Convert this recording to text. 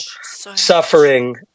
suffering